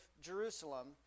Jerusalem